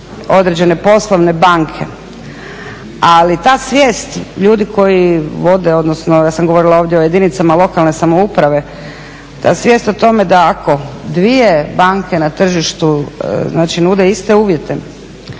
određene poslovne banke. Ali ta svijest ljudi koji vode, odnosno ja sam govorila ovdje o jedinicama lokalne samouprave, ta svijest o tome da ako dvije banke na tržištu znači nude iste uvjete